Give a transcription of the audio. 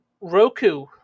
Roku